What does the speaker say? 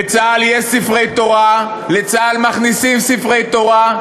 בצה"ל יש ספרי תורה, לצה"ל מכניסים ספרי תורה.